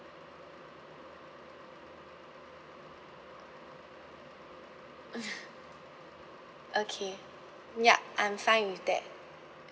okay yup I'm fine with that